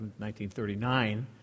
1939